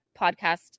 podcast